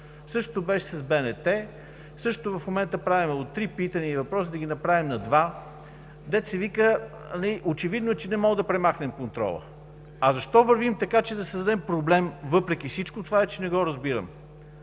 Същото беше с БНТ, същото в момента правим - от три питания и въпроси да ги направим на два, дето се вика, очевидно е, че не можем да премахнем контрола. А защо вървим така, че да създадем проблем въпреки всичко, това вече че не го разбирам.